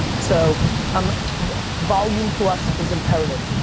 so um volume to us is imperative.